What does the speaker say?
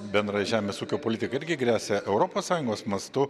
bendrai žemės ūkio politikai irgi gresia europos sąjungos mastu